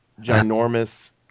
ginormous